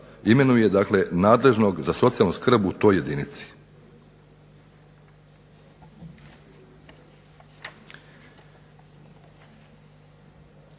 imenuje dakle nadležnog za socijalnu skrb u toj jedinici.